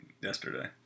yesterday